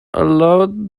allowed